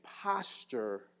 posture